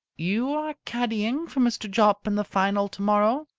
you are caddying for mr. jopp in the final tomorrow?